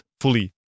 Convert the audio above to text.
fully